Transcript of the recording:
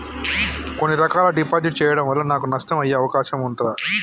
కొన్ని రకాల డిపాజిట్ చెయ్యడం వల్ల నాకు నష్టం అయ్యే అవకాశం ఉంటదా?